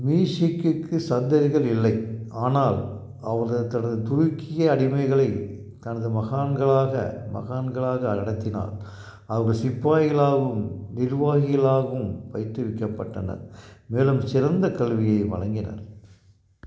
முயிஸுக்குக்கு சந்ததிகள் இல்லை ஆனால் அவர் தனது துருக்கிய அடிமைகளை தனது மகன்களாக மகன்களாக நடத்தினார் அவர்கள் சிப்பாய்களாகவும் நிர்வாகிகளாகவும் பயிற்றுவிக்கப்பட்டனர் மேலும் சிறந்த கல்வியை வழங்கினார்